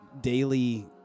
daily